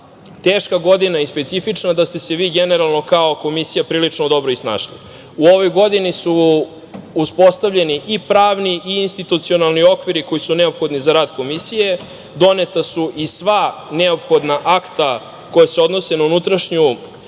teška godina i specifična, da ste se vi generalno kao Komisija prilično dobro snašli. U ovoj godini su uspostavljeni i pravni i institucionalni okviri koji su neophodni za rad komisije. Doneta su i sva neophodna akta koja se odnose na unutrašnju